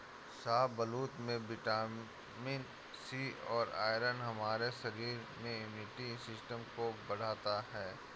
शाहबलूत में vitamin C और आयरन हमारे शरीर में इम्युनिटी सिस्टम को बढ़ता है